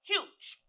Huge